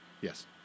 Yes